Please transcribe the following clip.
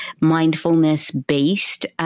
mindfulness-based